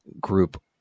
group